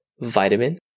vitamin